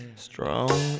Strong